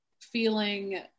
feeling